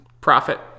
Profit